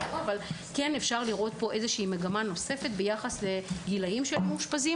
-- אבל אפשר לראות פה מגמה נוספת ביחס לגילים של מאושפזים.